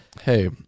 hey